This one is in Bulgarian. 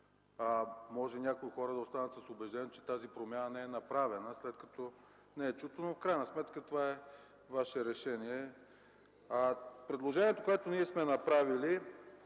а някои хора могат да останат с убеждението, че тази промяна не е направена, след като не е чуто. В крайна сметка това е Ваше решение. Предложението, което ние сме направили,